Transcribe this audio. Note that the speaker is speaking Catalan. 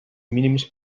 mínims